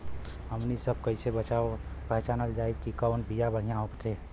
हमनी सभ कईसे पहचानब जाइब की कवन बिया बढ़ियां बाटे?